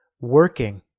working